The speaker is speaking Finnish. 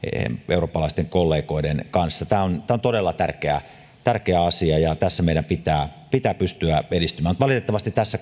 eurooppalaisten kollegoiden kanssa tämä on todella tärkeä tärkeä asia ja tässä meidän pitää pitää pystyä edistymään mutta valitettavasti tässä